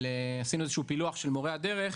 עשינו איזה שהוא פילוח של מורי הדרך